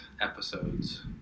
episodes